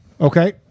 Okay